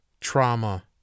trauma